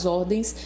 ordens